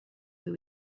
who